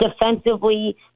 Defensively